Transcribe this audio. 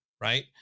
right